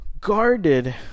guarded